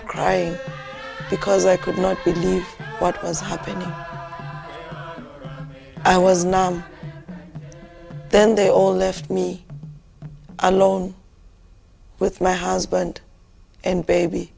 crying because i could not believe what was happening i was numb then they all left me alone with my husband and baby